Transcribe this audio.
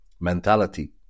mentality